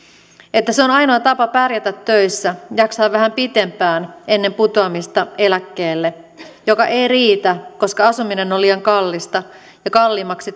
että se on ainoa tapa pärjätä töissä jaksaa vähän pitempään ennen putoamista eläkkeelle joka ei riitä koska asuminen on liian kallista ja kalliimmaksi